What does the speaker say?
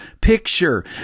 picture